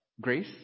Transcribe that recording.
grace